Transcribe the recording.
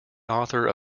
author